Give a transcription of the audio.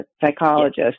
psychologist